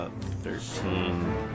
Thirteen